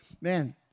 Man